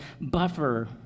buffer